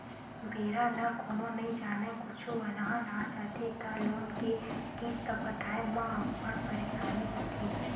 बेरा ल कोनो नइ जानय, कुछु अलहन आ जाथे त लोन के किस्त पटाए म अब्बड़ परसानी होथे